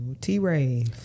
T-ray